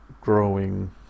growing